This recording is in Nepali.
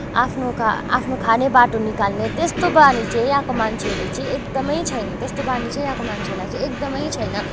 आफ्नो खाने आफ्नो खाने बाटो निकाल्ने त्यस्तो बानीहरू चाहिँ यहाँको मान्छेहरूले चाहिँ एकदमै छैन त्यस्तो बानी चाहिँ यहाँको मान्छहरूलाई चाहिँ एकदमै छैन